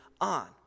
on